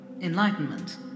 Enlightenment